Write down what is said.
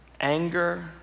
anger